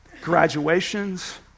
graduations